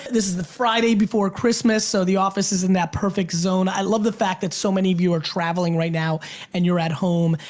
this is the friday before christmas so the office is in that perfect zone. i love the fact that so many of you are traveling right now and you're at home,